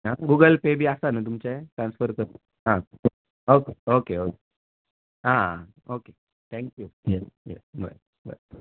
Google Pay बिन आसा नु तुमचे ट्रान्सपर करपाक हा आ ओके ओके आ ओके थॅक्यू आं हा बरें बरें